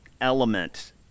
element